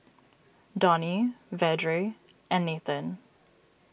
Dhoni Vedre and Nathan